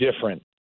different